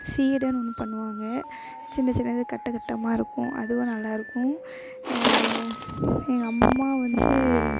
சீடைனு ஒன்று பண்ணுவாங்க சின்ன சின்னதாக கட்டம் கட்டமாக இருக்கும் அதுவும் நல்லாயிருக்கும் எங்கள் அம்மா வந்து